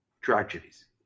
Tragedies